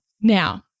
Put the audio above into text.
Now